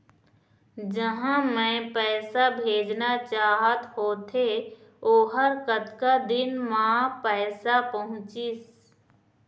जहां मैं पैसा भेजना चाहत होथे ओहर कतका दिन मा पैसा पहुंचिस?